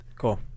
Cool